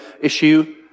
issue